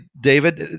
David